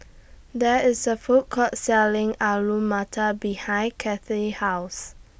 There IS A Food Court Selling Alu Matar behind Cathy's House